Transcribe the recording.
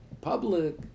public